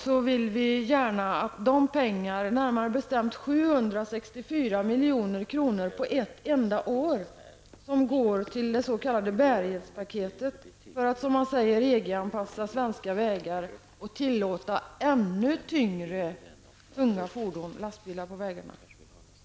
På ett enda år skall närmare bestämt 764 milj.kr. gå till det s.k. bärighetspaketet för att EG-anpassa svenska vägar och tillåta ännu tyngre lastbilar på vägarna.